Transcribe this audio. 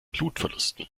blutverlusten